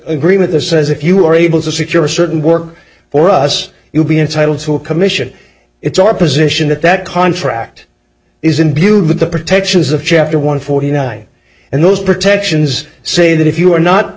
the says if you are able to secure a certain work for us you'll be entitled to a commission it's our position that that contract is imbued with the protections of chapter one forty nine and those protections say that if you are not